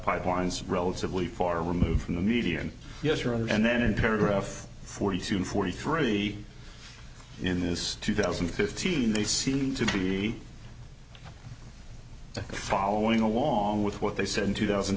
pipelines are relatively far removed from the median yes rather and then in paragraph forty seven forty three in this two thousand and fifteen they seemed to be following along with what they said in two thousand